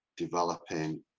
Developing